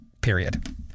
Period